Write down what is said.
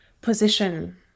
position